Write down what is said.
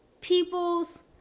people's